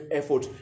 effort